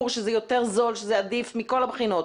שזה יותר זול ושזה עדיף מכל הבחינות.